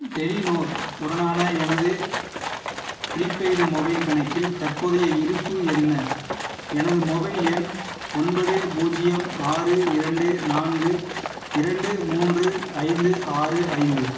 Telenor உடனான எனது prepaid mobile கணக்கில் தற்போதைய இருப்பு என்ன எனது மொபைல் எண் ஒன்பது பூஜ்யம் ஆறு இரண்டு நான்கு இரண்டு மூன்று ஐந்து ஆறு ஐந்து